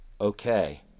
okay